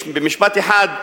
במשפט אחד,